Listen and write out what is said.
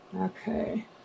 Okay